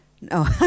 no